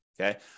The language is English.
Okay